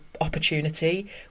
opportunity